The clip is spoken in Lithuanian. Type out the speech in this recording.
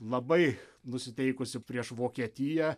labai nusiteikusi prieš vokietiją